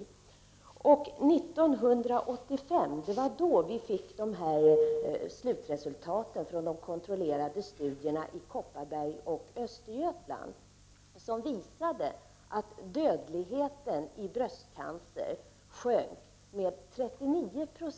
1985 fick vi slutresultaten från de kontrollerade studierna i Kopparberg och Östergötland, som visade att dödligheten i bröstcancer sjönk med 39 Jo